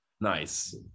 Nice